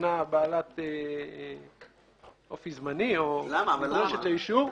כתקנה בעלת אופי זמני או נדרשת לאישור.